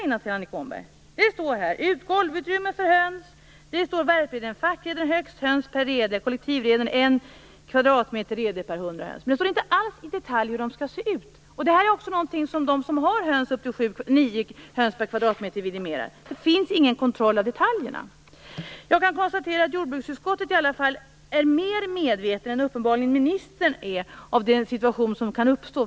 Det står om golvutrymme för höns, värpreden, fackreden, högst antal höns per rede, kollektivreden och kvadratmeter rede per 100 höns. Men det står inte alls i detalj hur det skall se ut. Det här är också någonting som de som har upp till nio höns per kvadratmeter vidimerar. Det finns ingen kontroll av detaljerna. Jag konstaterar att jordbruksutskottet är mer medvetet än ministern uppenbarligen är om den situation som kan uppstå.